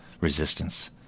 resistance